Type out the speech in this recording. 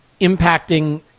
impacting